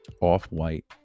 off-white